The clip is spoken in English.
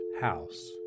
house